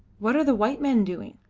what are the white men doing?